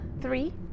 three